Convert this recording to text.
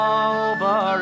over